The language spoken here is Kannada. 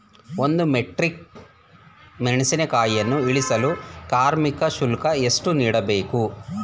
ಒಂದು ಮೆಟ್ರಿಕ್ ಮೆಣಸಿನಕಾಯಿಯನ್ನು ಇಳಿಸಲು ಕಾರ್ಮಿಕ ಶುಲ್ಕ ಎಷ್ಟು ನೀಡಬೇಕು?